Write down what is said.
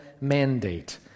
mandate